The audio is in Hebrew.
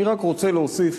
אני רק רוצה להוסיף